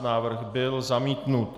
Návrh byl zamítnut.